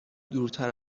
دورتر